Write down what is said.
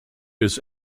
his